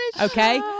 Okay